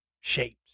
shapes